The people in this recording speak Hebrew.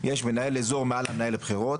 יש מנהל אזור מעל מנהל הבחירות,